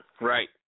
Right